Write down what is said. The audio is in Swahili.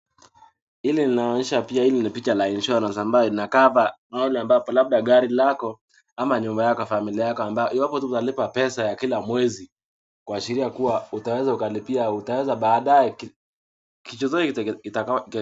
Hili linaonyesha pia hili ni picha la insurance ambayo ina cover mahali ambapo labda gari lako ama nyumba yako ya familia yako, iwapo tu utalipa pesa ya kila mwezi, kuashiria kuwa utaweza ukalipia, utaweza baadaye chochote